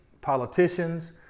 politicians